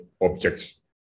objects